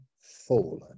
fallen